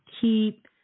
keep